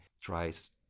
tries